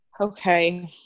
Okay